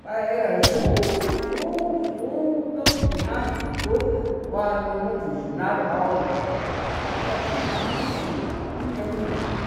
Para je'e la jiu jiu jiu ngauchina jiu jiu juanu la xinaru'a la ta tatjenua une'e kunchee yaa